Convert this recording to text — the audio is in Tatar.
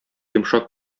йомшак